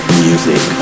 music